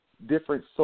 different